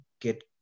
get